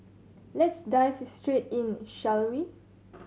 let's dive straight in shall we